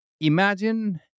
imagine